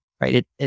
Right